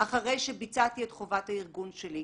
אחרי שביצעתי את חובת הארגון שלי,